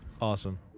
Awesome